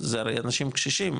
זה הרי אנשים קשישים,